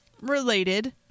related